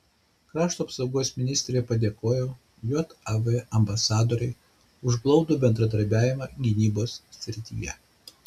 krašto apsaugos ministrė padėkojo jav ambasadorei už glaudų bendradarbiavimą gynybos srityje